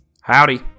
Howdy